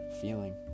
feeling